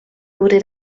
wurde